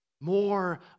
more